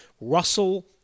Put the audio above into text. Russell